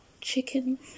Chicken